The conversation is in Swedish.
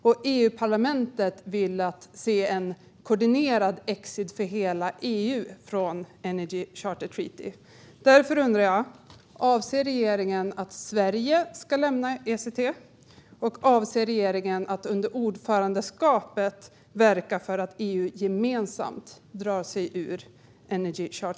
EU-parlamentet vill se en koordinerad exit för hela EU från Energy Charter Treaty. Vill regeringen att Sverige ska lämna ECT, och avser regeringen att under ordförandeskapet verka för att EU gemensamt drar sig ur ECT?